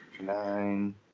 Nine